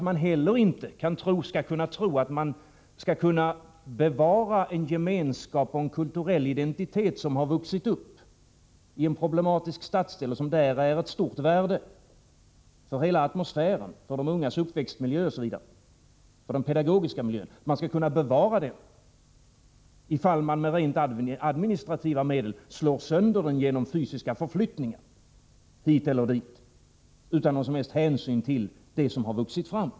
Man skall inte heller tro att man kan bevara en gemenskap och en kulturell identitet som har vuxit upp i en problematisk stadsdel och som där har ett stort värde för hela atmosfären, för de ungas uppväxtmiljö och för den pedagogiska miljön, om man med rent administra tiva medel slår sönder det befintliga genom fysiska förflyttningar hit och dit utan någon som helst hänsyn till det som har vuxit fram.